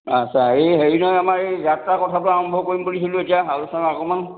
আচ্ছা এই হেৰি নহয় আমাৰ এই যাত্ৰা কথাটো আৰম্ভ কৰিম বুলিছিলোঁ এতিয়া আলোচনা অকণমান